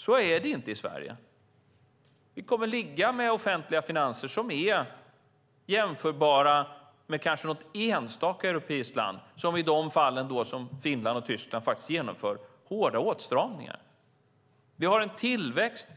Så är det inte i Sverige. Vi kommer att ha offentliga finanser som är jämförbara med kanske något enstaka europeiskt land, till exempel Finland och Tyskland som faktiskt genomför hårda åtstramningar. Vi har en tillväxt